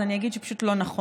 אז אני אגיד שהוא פשוט לא נכון.